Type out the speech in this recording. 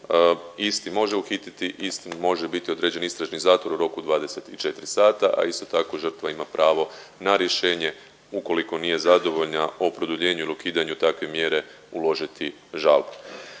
isti može uhititi i istom može biti određen istražni zatvor u roku od 24 sata, a isto tako žrtva ima pravo na rješenje ukoliko nije zadovoljna o produljenju ili ukidanju takve mjere uložiti žalbu.